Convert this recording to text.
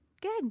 good